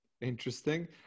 Interesting